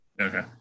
okay